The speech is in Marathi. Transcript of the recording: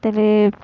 त्याला